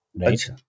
Right